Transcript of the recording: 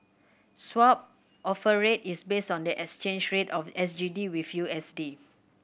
Swap Offer Rate is based on the exchange rate of S G D with U S D